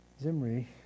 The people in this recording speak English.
Zimri